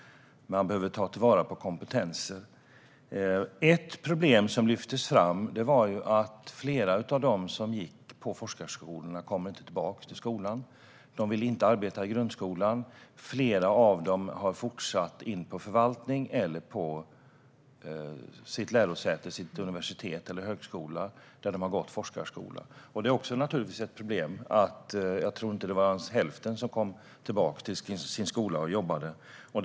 Man behöver ta vara på kompetenser. Ett problem som lyftes fram på seminariet var att flera av dem som går på forskarskolorna inte kommer tillbaka till skolan. De vill inte arbeta i grundskolan, och flera av dem fortsätter in på förvaltning eller på sitt lärosäte, sitt universitet eller högskola, där de har gått forskarskola. Det är naturligtvis också ett problem att inte ens hälften, tror jag att det var, kommer tillbaka för att arbeta på sin skola.